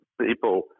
people